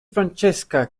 francesca